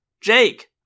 Jake